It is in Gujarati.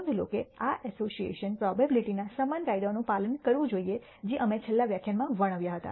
નોંધ લો કે આ અસોસીએશન પ્રોબેબીલીટીના સમાન કાયદાઓનું પાલન કરવું જોઈએ જે અમે છેલ્લા વ્યાખ્યાનમાં વર્ણવ્યા હતા